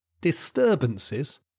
disturbances